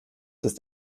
ist